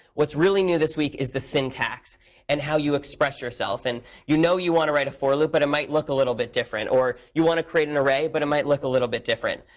what's really new this week is the syntax and how you express yourself. and you know you want to write a for loop, but it might look a little bit different. or you want to create an array, but it might look a little bit different.